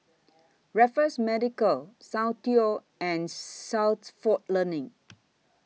Raffles Medical Soundteoh and Learning